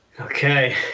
okay